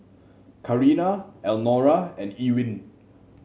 Karina Elnora and Ewin